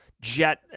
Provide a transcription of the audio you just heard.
jet